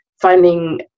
finding